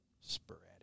sporadic